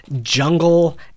jungle